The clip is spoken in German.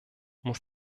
muss